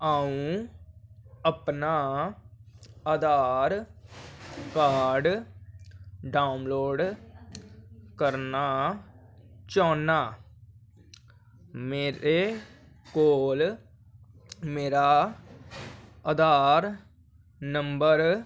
अ'ऊं अपना Aadhaar card download करना चाह्न्नां मेरे कोल मेरा आधार नंबर